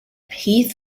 heath